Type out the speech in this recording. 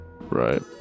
Right